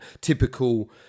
typical